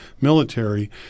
military